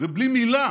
ובלי מילה